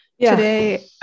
today